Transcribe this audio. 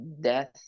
death